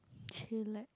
chillax